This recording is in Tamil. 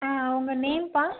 ஆ உங்கள் நேம்ப்பா